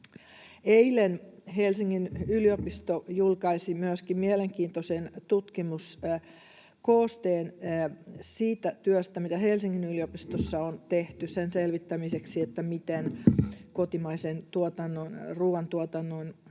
Eilen Helsingin yliopisto julkaisi myöskin mielenkiintoisen tutkimuskoosteen siitä työstä, mitä Helsingin yliopistossa on tehty sen selvittämiseksi, miten kotimaisen ruuantuotannon